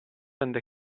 rende